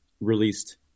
Released